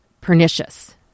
pernicious